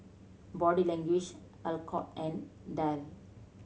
Body Language Alcott and Dell